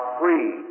free